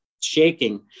shaking